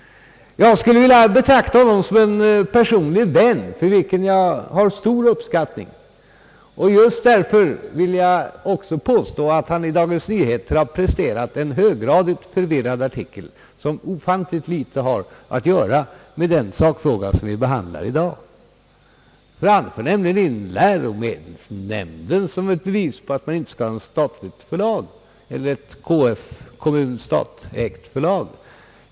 Jag skulle vilja betrakta honom som en personlig vän som jag uppskattar mycket. Just därför vill jag också påstå att han i Dagens Nyheter har presterat en höggradigt förvirrad artikel, som har ofantligt litet att göra med den sakfråga vi behandlar i dag. Han för nämligen in läromedelsnämnden som ett bevis för att man inte skall skapa ett KF-kommun-statsägt förlag.